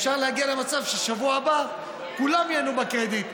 ואפשר להגיע למצב ששבוע הבא כולם ייהנו מהקרדיט,